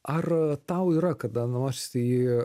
ar tau yra kada nors į